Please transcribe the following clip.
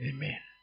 Amen